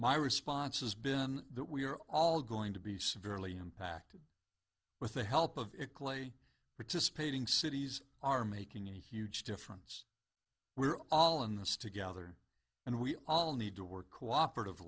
my response has been that we are all going to be severely impacted with the help of it clay participating cities are making a huge difference we're all in this together and we all need to work cooperative